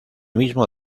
mismo